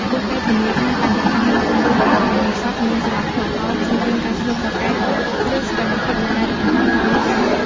ពួកគេធានាថាបរិយាកាសនៅជុំវិញពិធីបុណ្យសពមានសណ្តាប់ធ្នាប់ល្អ ជៀសវាងការឈ្លោះប្រកែក ឬសកម្មភាពណាដែលរំខានដល់អ្នកកាន់ទុក្ខ។